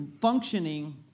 functioning